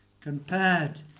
compared